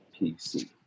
PC